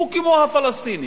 הוא כמו הפלסטינים.